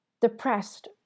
depressed